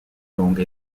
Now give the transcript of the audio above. longue